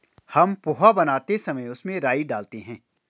हम पोहा बनाते समय उसमें राई डालते हैं